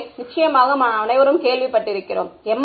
ஐ நிச்சயமாக நாம் அனைவரும் கேள்விப்பட்டிருக்கிறோம் எம்